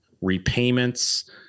repayments